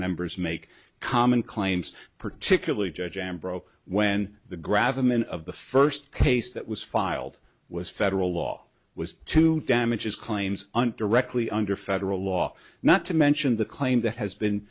members make common claims particularly judge and bro when the gravel men of the first case that was filed was federal law was to damages claims and directly under federal law not to mention the claim that has been